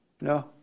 No